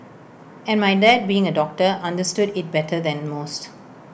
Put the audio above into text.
and my dad being A doctor understood IT better than most